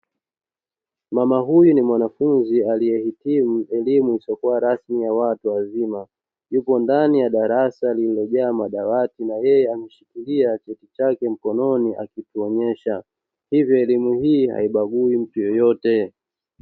Mama huyu ni mwanafunzi aliyehitimu elimu isiyokuwa rasmi ya watu wazima. Yupo ndani ya darasa lililojaa madawati na yeye ameshikilia cheti chake mkononi akikionyesha, hivyo elimu hii haibagui mtu yeyote.